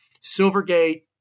Silvergate